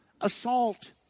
assault